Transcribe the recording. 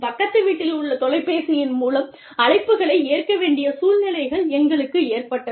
பக்கத்து வீட்டில் உள்ள தொலைபேசியின் மூலம் அழைப்புகளை ஏற்க வேண்டிய சூழ்நிலைகள் எங்களுக்கு ஏற்பட்டது